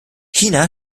china